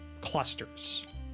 clusters